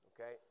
okay